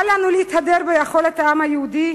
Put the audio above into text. אל לנו להתהדר ביכולת העם היהודי,